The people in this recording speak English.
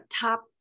top